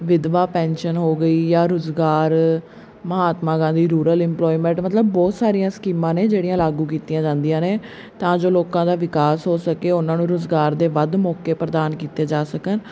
ਵਿਧਵਾ ਪੈਨਸ਼ਨ ਹੋ ਗਈ ਜਾਂ ਰੁਜ਼ਗਾਰ ਮਹਾਤਮਾ ਗਾਂਧੀ ਰੂਰਲ ਇੰਪਲੋਇਮੈਂਟ ਮਤਲਬ ਬਹੁਤ ਸਾਰੀਆਂ ਸਕੀਮਾਂ ਨੇ ਜਿਹੜੀਆਂ ਲਾਗੂ ਕੀਤੀਆਂ ਜਾਂਦੀਆਂ ਨੇ ਤਾਂ ਜੋ ਲੋਕਾਂ ਦਾ ਵਿਕਾਸ ਹੋ ਸਕੇ ਉਹਨਾਂ ਨੂੰ ਰੁਜ਼ਗਾਰ ਦੇ ਵੱਧ ਮੌਕੇ ਪ੍ਰਦਾਨ ਕੀਤੇ ਜਾ ਸਕਣ